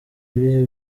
ibihe